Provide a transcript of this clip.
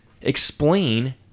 explain